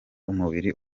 umubiri